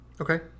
Okay